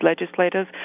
legislators